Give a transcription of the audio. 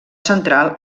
central